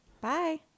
Bye